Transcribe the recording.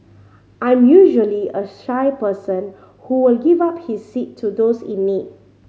I'm usually a shy person who will give up his seat to those in need